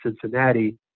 Cincinnati